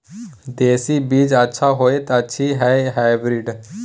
देसी बीज अच्छा होयत अछि या हाइब्रिड?